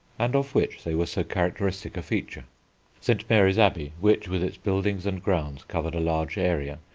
and of which they were so characteristic a feature st. mary's abbey, which with its buildings and grounds covered a large area,